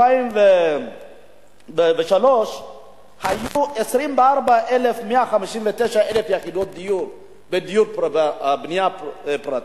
ב-2003 היו 24,159 יחידות דיור בבנייה פרטית,